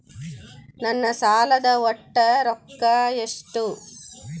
ನನ್ನ ಸಾಲದ ಒಟ್ಟ ರೊಕ್ಕ ಎಷ್ಟು?